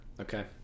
okay